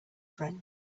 friend